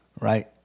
right